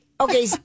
Okay